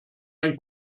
ein